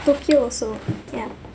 tokyo also yeah